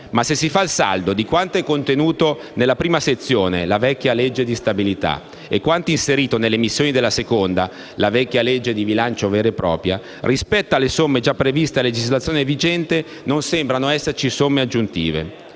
Ma se si fa il saldo di quanto è contenuto nella prima sezione (la vecchia legge di stabilità) e quanto inserito nelle missioni della seconda (la vecchia legge di bilancio vera e propria), rispetto alle somme già previste a legislazione vigente non sembrano esserci somme aggiuntive.